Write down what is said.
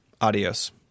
Adios